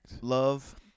Love